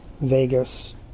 Vegas